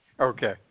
Okay